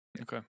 Okay